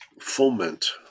foment